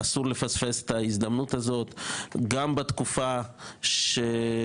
אסור לפספס את ההזדמנות הזאת גם בתקופה שיש